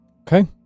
Okay